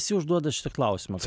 visi uždauoda šitą klausimą